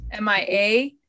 MIA